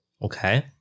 Okay